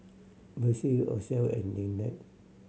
Bethzy Ozell and Lynette